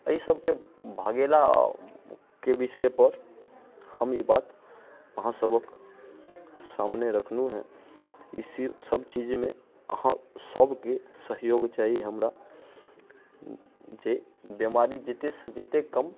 तऽ अअ सबके भगेलाके विषयपर हम ई बात अहाँ सबक सामने रखलहुँ ई सब चीजमे अहाँ सबके सहयोग चाही हमरा जे बीमारी जते सँ जते कम